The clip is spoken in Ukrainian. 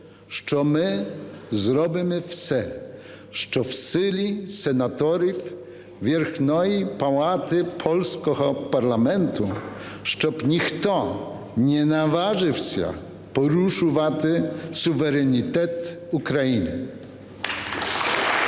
що ми зробимо все, що в силі сенаторів Верхньої палати польського парламенту, щоб ніхто не наважився порушувати суверенітет України. (Оплески)